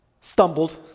stumbled